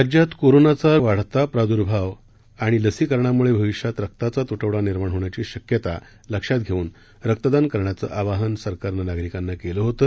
राज्यात कोरोनाचा विषाणूचा वाढता प्रादर्भाव आणि लसीकरणामुळे भविष्यात रक्ताचा तुटवडा निर्माण होण्याची शक्यता लक्षात घेऊन रक्तदान करण्याचं आवाहन सरकारनं नागरिकांना केलं होतं